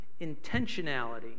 intentionality